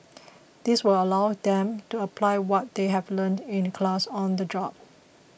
this will allow them to apply what they have learnt in class on the job